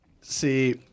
See